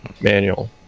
manual